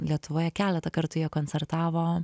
lietuvoje keletą kartų jie koncertavo